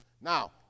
Now